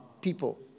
people